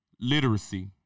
literacy